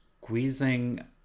squeezing